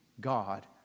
God